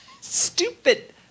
Stupid